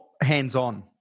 hands-on